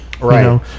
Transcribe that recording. Right